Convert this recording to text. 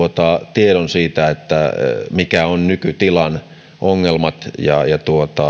tiedon siitä mitkä ovat nykytilan ongelmat ja ja